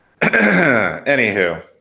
Anywho